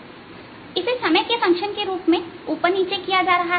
तो इसे समय के फंक्शन के रूप में ऊपर नीचे किया जा रहा है